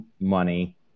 money